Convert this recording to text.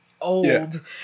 old